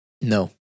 No